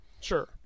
Sure